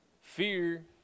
fear